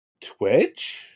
twitch